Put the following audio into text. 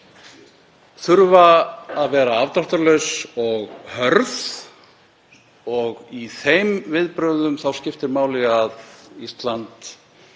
þurfa að vera afdráttarlaus og hörð og í þeim viðbrögðum skiptir máli að Ísland